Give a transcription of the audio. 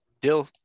Dill